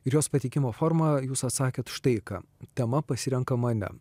ir jos pateikimo formą jūs atsakėt štai ką tema pasirenka mane